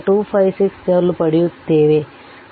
256 joule ಪಡೆಯುತ್ತದೆ